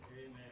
Amen